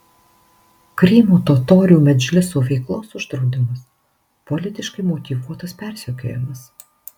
krymo totorių medžliso veiklos uždraudimas politiškai motyvuotas persekiojimas